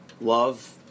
love